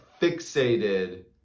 fixated